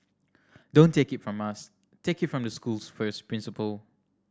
don't take it from us take it from the school's first principal